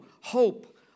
hope